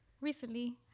Recently